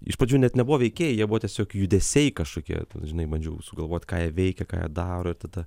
iš pradžių net nebuvo veikėjai jie buvo tiesiog judesiai kažkokie žinai bandžiau sugalvot ką jie veikia ką jie daro ir tada